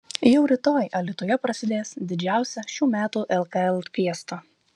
jau rytoj alytuje prasidės didžiausia šių metų lkl fiesta